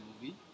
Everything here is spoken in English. movie